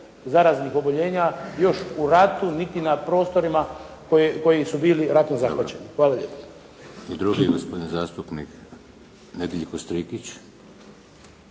zaraznih oboljenja još u ratu niti na prostorima koji su bili ratom zahvaćeni. Hvala lijepo. **Šeks, Vladimir (HDZ)** I drugi gospodin zastupnik Nedjeljko Strikić.